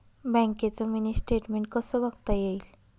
बँकेचं mini statement कसं बघता येईल?